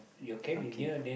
okay